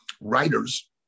writers